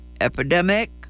epidemic